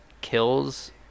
kills